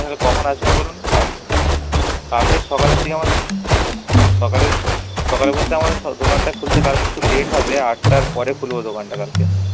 তাহলে কখন আসবেন বলুন কালকে সকালের দিকে আমার সকালে সকালে বলতে আমার দোকানটা খুলতে কালকে একটু লেট হবে আটটার পরে খুলব দোকানটা কালকে